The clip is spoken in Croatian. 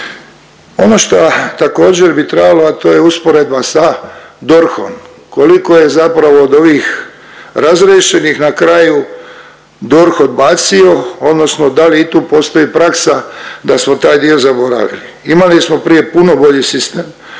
Ono šta također bi trebalo, a to je usporedba sa DORH-om, koliko je zapravo od ovih razriješenih na kraju DORH odbacio odnosno da li i tu postoji praksa da smo taj dio zaboravili. Imali smo prije puno bolji sistem,